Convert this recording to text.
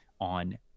on